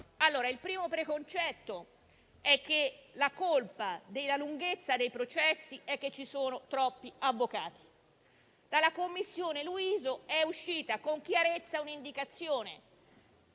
Il primo è che la causa della lunghezza dei processi è che ci sono troppi avvocati. Dalla commissione Luiso è uscita con chiarezza un'indicazione,